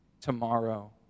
tomorrow